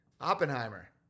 Oppenheimer